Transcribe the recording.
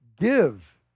give